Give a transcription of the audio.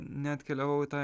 neatkeliavau į tą